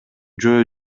жөө